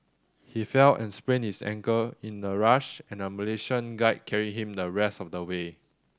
he fell and sprained his ankle in the rush and a Malaysian guide carried him the rest of the way